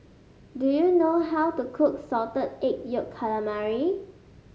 do you know how to cook Salted Egg Yolk Calamari